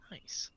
Nice